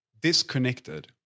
Disconnected